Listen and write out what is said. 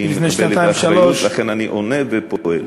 לכן אני עונה ופועל.